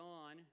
on